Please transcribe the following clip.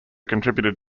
contributed